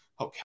Okay